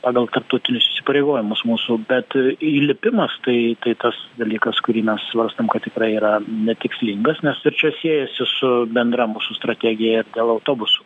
pagal tarptautinius įsipareigojimus mūsų bet įlipimas tai tai tas dalykas kurį mes svarstom kad tikrai yra netikslingas nes ir čia siejosi su bendra mūsų strategija dėl autobusų